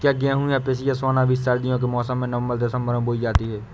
क्या गेहूँ या पिसिया सोना बीज सर्दियों के मौसम में नवम्बर दिसम्बर में बोई जाती है?